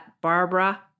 Barbara